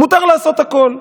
מותר לעשות הכול.